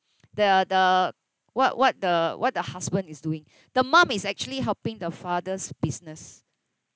the the what what the what the husband is doing the mom is actually helping the father's business